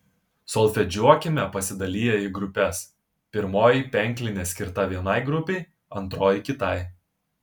solfedžiuokime pasidaliję į grupes pirmoji penklinė skirta vienai grupei antroji kitai